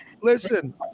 Listen